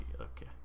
okay